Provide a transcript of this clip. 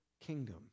kingdom